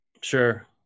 Sure